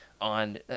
on